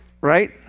Right